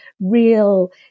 real